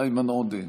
איימן עודה,